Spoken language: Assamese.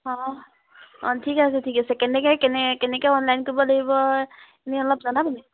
অঁ অঁ ঠিক আছে ঠিক আছে কেনেকৈ কেনেকৈ অনলাইন কৰিব লাগিব এনেই অলপ জনাব নেকি